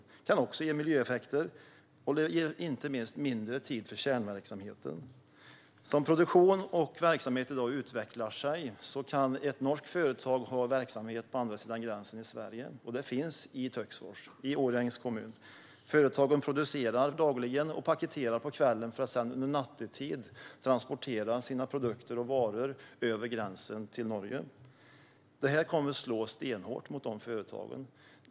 Det kan också ge miljöeffekter, och inte minst ger det mindre tid för kärnverksamheten. Som produktion och verksamhet i dag utvecklar sig kan norska företag ha verksamhet på andra sidan gränsen, i Sverige, och det finns sådana i Töcksfors i Årjängs kommun. Företagen producerar dagligen och paketerar på kvällen för att sedan nattetid transportera sina produkter över gränsen till Norge. Det här kommer att slå stenhårt mot de företagen.